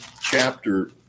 chapter